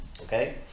Okay